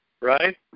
right